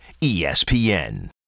ESPN